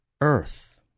earth